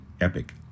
epic